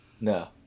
no